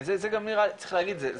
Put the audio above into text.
צריך להגיד, זה